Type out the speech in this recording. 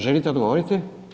Želite odgovoriti?